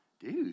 dude